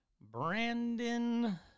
Brandon